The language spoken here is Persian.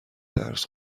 درس